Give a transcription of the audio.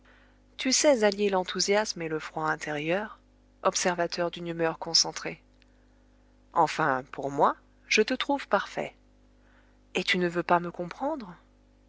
tu sais allier l'enthousiasme et le froid intérieur observateur d'une humeur concentrée enfin pour moi je te trouve parfait et tu ne veux pas me comprendre